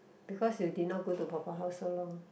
because you did not go to 婆婆 house so long